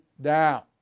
down